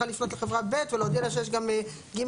לפנות לחברה ב' ולהודיע לה שיש גם ג',